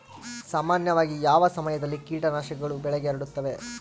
ಸಾಮಾನ್ಯವಾಗಿ ಯಾವ ಸಮಯದಲ್ಲಿ ಕೇಟನಾಶಕಗಳು ಬೆಳೆಗೆ ಹರಡುತ್ತವೆ?